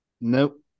Nope